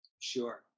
sure